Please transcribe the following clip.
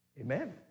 Amen